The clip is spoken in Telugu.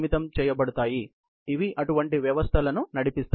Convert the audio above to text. ఇవి అటువంటి వ్యవస్థలను నడిపిస్తాయి